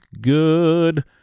good